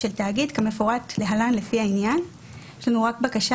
של תאגיד כמפורט להלן, לפי העניין: יש לנו בקשה.